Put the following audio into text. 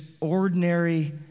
ordinary